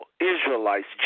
Israelites